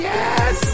Yes